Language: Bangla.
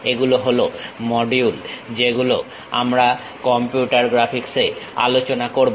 এগুলো হলো মডিউল যেগুলো আমরা কম্পিউটার গ্রাফিক্সে আলোচনা করবো